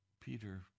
Peter